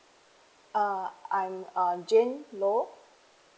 err I'm err jane loh